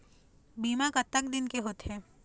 बीमा कतक दिन के होते?